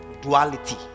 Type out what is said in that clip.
duality